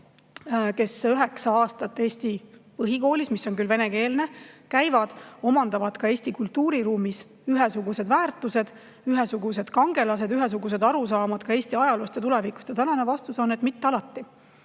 üheksa aastat Eesti põhikoolis, mis on venekeelne, omandavad Eesti kultuuriruumis ühesugused väärtused, ühesugused kangelased, ühesugused arusaamad ka Eesti ajaloost ja tulevikust. Tänane vastus on, et mitte alati,